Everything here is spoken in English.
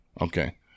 Okay